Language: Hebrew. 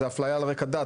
זו אפליה על רקע דת.